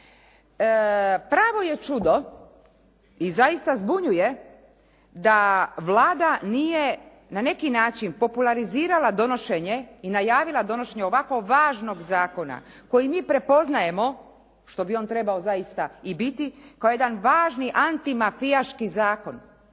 Pravo je čudo i zaista zbunjuje da Vlada nije na neki način popularizirala donošenje i najavila donošenje ovako važnog zakona koji mi prepoznajemo što bi on trebao zaista i biti, kao jedan važni antimafijaški zakon.